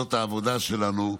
זאת העבודה שלנו,